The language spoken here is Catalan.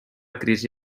crisi